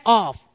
off